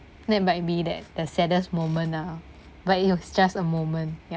that might be that the saddest moment ah but it was just a moment ya